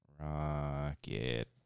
Rocket